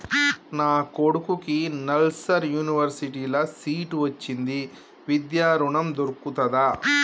నా కొడుకుకి నల్సార్ యూనివర్సిటీ ల సీట్ వచ్చింది విద్య ఋణం దొర్కుతదా?